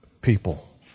people